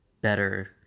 better